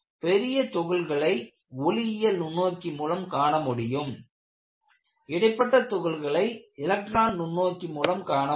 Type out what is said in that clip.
பெரிய துகள்களை ஒளியியல் நுண்ணோக்கி மூலம் காண முடியும் இடைப்பட்ட துகள்களை எலக்ட்ரான் நுண்ணோக்கி மூலம் காண முடியும்